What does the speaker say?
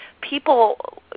people